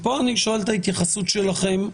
ופה אני שואל את ההתייחסות שלכם.